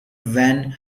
van